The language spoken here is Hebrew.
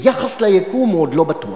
ביחס ליקום הוא עוד לא בטוח.